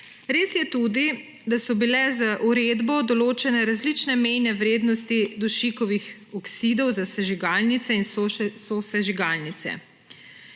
Res je tudi, da so bile z uredbo določene različne mejne vrednosti dušikovih oksidov za sežigalnice in sosežigalnice.